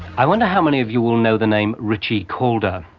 i wonder how many of you will know the name ritchie-calder,